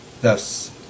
Thus